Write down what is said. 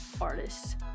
artists